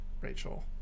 Rachel